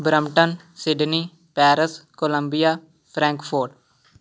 Brampton Sydney Paris Columbia Frankfurt